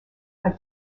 are